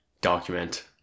document